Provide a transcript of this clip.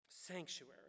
Sanctuary